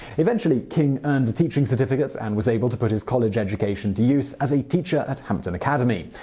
eventually, king earned a teaching certificate and was able to put his college education to use as a teacher at hampden academy.